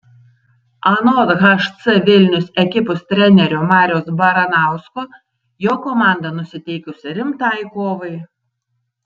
anot hc vilnius ekipos trenerio mariaus baranausko jo komanda nusiteikusi rimtai kovai